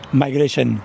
migration